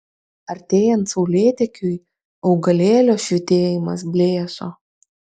artėjant saulėtekiui augalėlio švytėjimas blėso